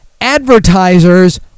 advertisers